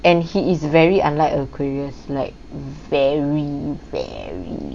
and he is very unlike an aquarius like very very